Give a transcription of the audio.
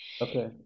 Okay